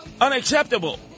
unacceptable